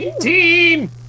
Team